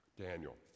Daniel